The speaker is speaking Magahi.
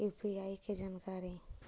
यु.पी.आई के जानकारी?